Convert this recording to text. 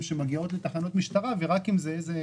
לתחנות משטרה ורק אם זה איזה